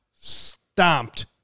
stomped